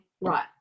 right